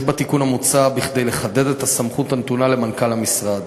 יש בתיקון המוצע כדי לחדד את הסמכות הנתונה למנכ"ל המשרד.